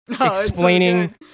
explaining